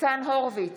ניצן הורוביץ,